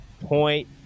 point